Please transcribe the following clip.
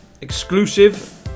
Exclusive